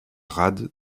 rade